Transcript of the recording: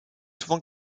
souvent